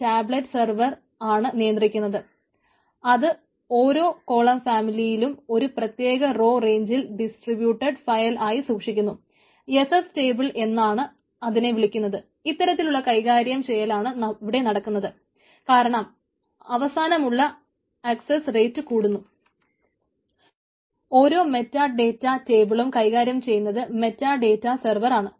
ഓരോ meta data റ്റേബിളും കൈകാര്യം ചെയ്യുന്നത് മെറ്റാ ഡേറ്റാ സെർവർ ആണ്